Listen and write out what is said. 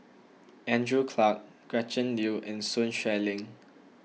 Andrew Clarke Gretchen Liu and Sun Xueling